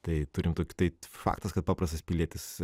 tai turim tok tai faktas kad paprastas pilietis